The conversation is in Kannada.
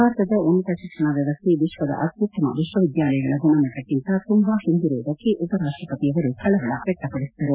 ಭಾರತದ ಉನ್ನತ ಶಿಕ್ಷಣ ವ್ಯವಸ್ಥೆ ವಿಶ್ವದ ಅತ್ಯುತ್ತಮ ವಿಶ್ವವಿದ್ಯಾಲಯಗಳ ಗುಣಮಟ್ಟಕ್ಕಿಂತ ತುಂಬಾ ಹಿಂದಿರುವುದಕ್ಕೆ ಉಪರಾಷ್ಟಪತಿಯವರು ಕಳವಳ ವ್ಲಕ್ತಪಡಿಸಿದರು